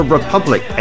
Republic